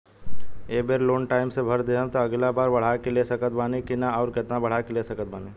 ए बेर loan time से भर देहम त अगिला बार बढ़ा के ले सकत बानी की न आउर केतना बढ़ा के ले सकत बानी?